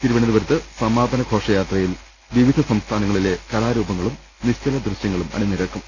തിരുവനന്തപുരത്ത് സമാപന ഘോഷയാത്രയിൽ വിവിധ സംസ്ഥാനങ്ങളിലെ കലാരൂപങ്ങളും നിശ്ചല ദൃശൃങ്ങളും അണിനിരക്കും